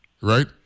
right